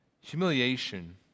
Humiliation